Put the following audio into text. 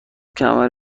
کمر